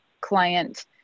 client